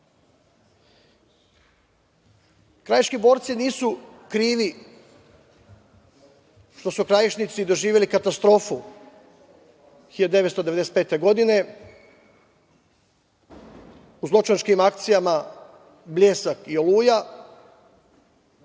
Hrvatske. Krajiški borci nisu krivi što su Krajišnici doživeli katastrofu 1995. godine u zločinačkim akcijama „Bljesak“ i „Oluja“.